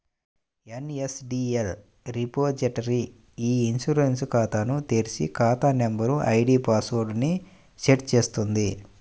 NSDL repository e insurance ఖాతాను తెరిచి, ఖాతా నంబర్, ఐడీ పాస్ వర్డ్ ని సెట్ చేస్తుంది